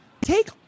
take